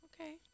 Okay